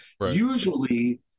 Usually